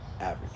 average